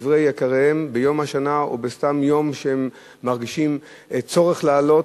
לקברי יקיריהן ביום השנה או סתם ביום שהם מרגישים צורך לעלות.